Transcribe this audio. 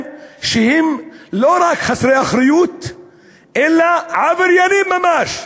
שהם לא רק חסרי אחריות אלא עבריינים ממש.